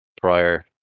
prior